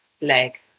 leg